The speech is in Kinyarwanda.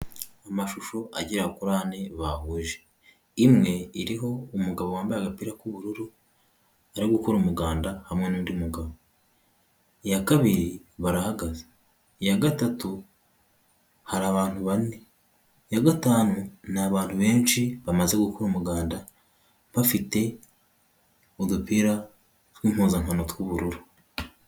Amashusho agera kuri ane bahuje imwe iriho umugabo wambaye agapira k'ubururu ari gukora umuganda hamwe n'undi mugabo, iya kabiri barahagaze, iya gatatu hari abantu bane, iya gatanu ni abantu benshi bamaze gukura umuganda bafite udupira tw'impuzankano tw'ubururu.